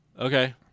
Okay